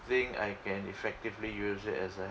think I can effectively use it as like